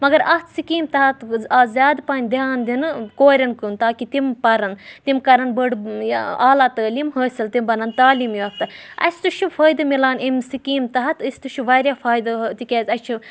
مگر اَتھ سِکیٖمہٕ تحت اَز زیادٕ پَہَن دھیان دِنہٕ کورٮ۪ن کُن تاکہِ تِم پَرَن تِم کَرَن بٔڈ یا اعلا تعلیٖم حٲصِل تِم بَنَن تعلیٖم یافتہٕ اَسہِ تہِ چھُ فٲیدٕ میلان اَمہِ سکیٖم تحت أسۍ تہِ چھِ واریاہ فٲیدٕ تِکیٛازِ اَسہِ چھُ